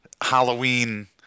Halloween